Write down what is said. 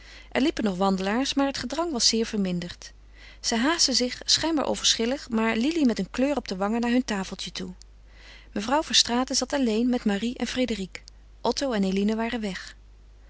er liepen nog wandelaars maar het gedrang was zeer verminderd zij haastten zich schijnbaar onverschillig maar lili met een kleur op de wangen naar hun tafeltje toe mevrouw verstraeten zat alleen met marie en frédérique otto en eline waren weg